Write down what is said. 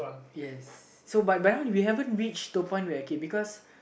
yes so by by now we haven't reach the point where K because